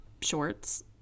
shorts